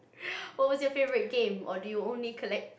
what was your favorite game or do you only collect